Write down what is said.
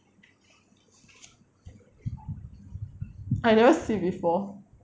I never see before